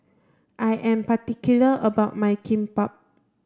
I am particular about my Kimbap